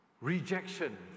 rejection